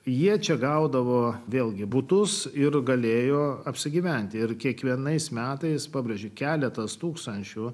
jie čia gaudavo vėlgi butus ir galėjo apsigyventi ir kiekvienais metais pabrėžė keletas tūkstančių